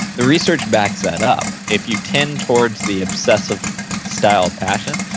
the research backs that up. if you tend towards the obsessive style passion,